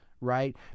right